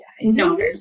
No